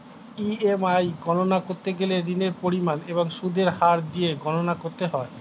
EMI গণনা করতে গেলে ঋণের পরিমাণ এবং সুদের হার দিয়ে গণনা করতে হয়